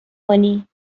کنی